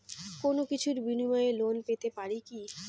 কোনো কিছুর বিনিময়ে লোন পেতে পারি কি?